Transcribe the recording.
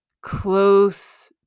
close